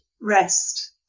rest